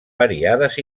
variades